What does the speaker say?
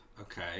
Okay